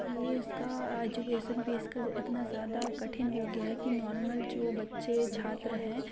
ये इसका education fees का इतना ज़्यादा कठिन हो गया है कि नॉर्मल जो बच्चे छात्र हैं